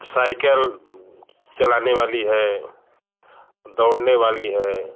cycle चलाने वाली है दोड़ने वाली है